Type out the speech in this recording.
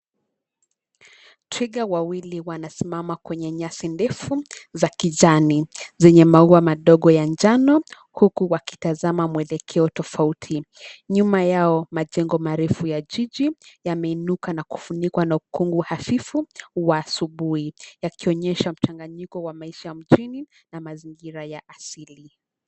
Twiga wawili wanasimama kwenye nyasi ndefu za kijani, zenye maua madogo ya njano, huku wakitazama mwelekeo tofauti, nyuma yao majengo marefu ya jiji, yameinuka na kufunikwa na ukungu hafifu, wa asubuhi, yakionyesha mchanganyiko wa maisha mjini na mazingira ya asili.